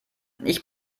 ich